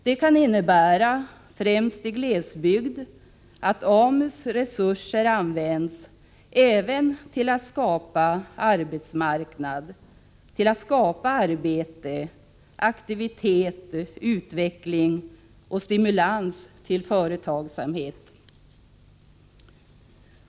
Det kan innebära, främst i glesbygden, att AMU:s resurser används även till att skapa en arbetsmarknad, dvs. till att skapa arbete, aktivitet, utveckling och stimulans till företagsamhet.